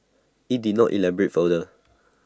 IT did not elaborate further